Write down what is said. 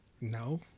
No